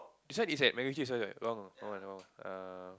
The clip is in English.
this one is at MacRitchie also err